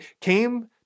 came